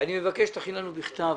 אני מבקש שתכין לנו בכתב